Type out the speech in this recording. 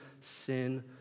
sin